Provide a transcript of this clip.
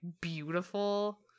beautiful